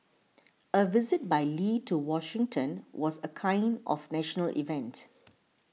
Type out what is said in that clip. a visit by Lee to Washington was a kind of national event